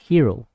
Hero